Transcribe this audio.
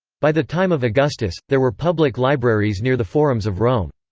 by the time of augustus, there were public libraries near the forums of rome.